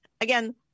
again